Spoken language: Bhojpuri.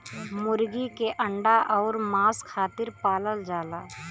मुरगी के अंडा अउर मांस खातिर पालल जाला